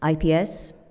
IPS